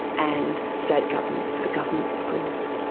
and state governments for government schools.